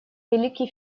великий